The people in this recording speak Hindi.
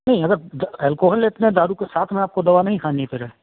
नहीं अगर अल्कोहल लेते हैं दारू के साथ में दवा नहीं खानी है फिर